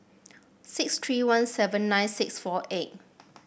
six three one seven nine six four eight